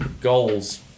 goals